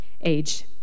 Age